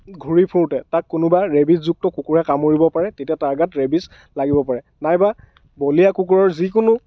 ঘূৰি ফুৰোতে তাক কোনোবা ৰেবিচযুক্ত কুকুৰে কামুৰিব পাৰে তেতিয়া তাৰ গাত ৰেবিচ লাগিব পাৰে নাইবা বলিয়া কুকুৰৰ যিকোনো